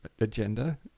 agenda